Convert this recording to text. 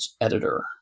editor